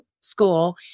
school